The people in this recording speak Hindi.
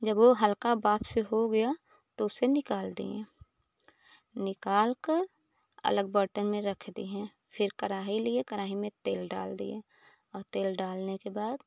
जब वो हल्का बाँप से हो गया तो उसे निकाल दिए निकालकर अलग बॉटल में रख दिये फिर कराही लिए कराही में तेल डाल दिए और तेल डालने के बाद